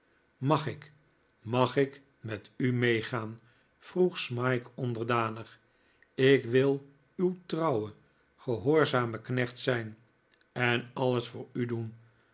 mag ik mag ik met u meegaan vroeg smike onderdanig ik wil uw trouwe gehoorzame knecht zijn en alles voor u doen